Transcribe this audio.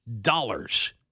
dollars